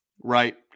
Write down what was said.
Right